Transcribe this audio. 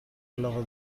علاقه